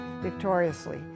victoriously